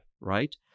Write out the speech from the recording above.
right